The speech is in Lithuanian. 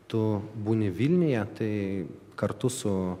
tu būni vilniuje tai kartu su